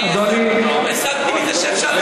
הסקתי מזה שאפשר לשאול.